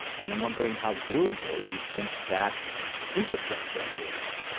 and i'm wondering how durable you think that infrastructure is